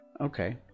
okay